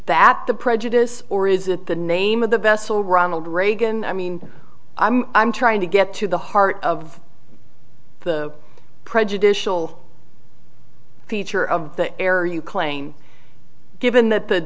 that the prejudice or is that the name of the vessel ronald reagan i mean i'm i'm trying to get to the heart of the prejudicial feature of the error you claim given that the